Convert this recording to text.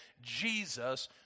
Jesus